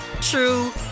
true